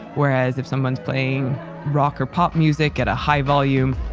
whereas if someone's playing rock or pop music at a high volume,